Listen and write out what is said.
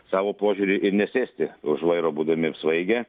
savo požiūrį ir nesėsti už vairo būdami apsvaigę